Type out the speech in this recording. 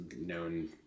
known